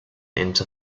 into